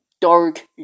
dark